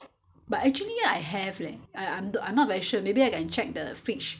but actually I have leh I I'm the I'm not very sure maybe I can check the fridge